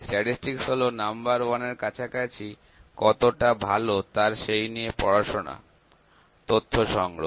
statistics হল number one এর কাছাকাছি কতটা ভালো তার সেই নিয়ে পড়াশোনা ডাটা সংগ্রহ